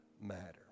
matter